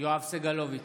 יואב סגלוביץ'